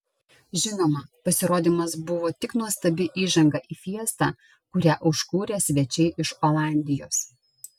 žinoma pasirodymas buvo tik nuostabi įžanga į fiestą kurią užkūrė svečiai iš olandijos